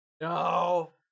No